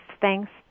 Thanks